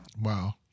Wow